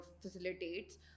facilitates